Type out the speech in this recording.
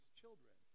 children